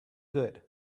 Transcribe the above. good